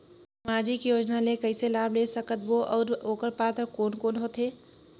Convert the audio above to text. समाजिक योजना ले कइसे लाभ ले सकत बो और ओकर पात्र कोन कोन हो थे?